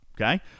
okay